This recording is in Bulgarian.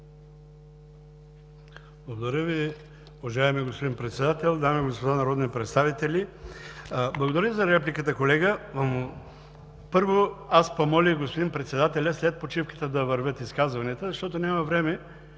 Благодаря Ви, уважаеми господин Председател. Дами и господа народни представители! Благодаря за репликата, колега. Първо, помолих господин председателя след почивката да вървят изказванията, защото няма време